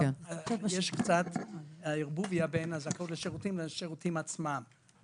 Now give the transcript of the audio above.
יש קצת ערבוביה בין הזכאות לשירותים לבין השירותים עצמם.